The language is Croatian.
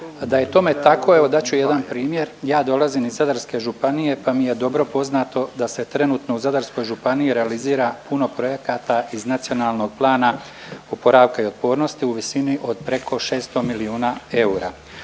Da je tome tako, evo dat ću jedan primjer. Ja dolazim iz Zadarske županije pa mi je dobro poznato da se trenutno u Zadarskoj županiji realizira puno projekata iz NPOO-a u visini od preko 600 milijuna eura,